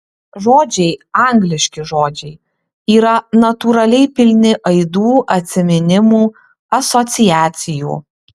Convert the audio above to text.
žodžiai angliški žodžiai yra natūraliai pilni aidų atsiminimų asociacijų